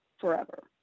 forever